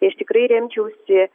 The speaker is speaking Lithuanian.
tai aš tikrai remčiausi